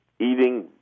eating